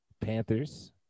Panthers